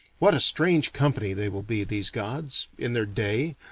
what a strange company they will be, these gods, in their day,